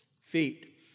feet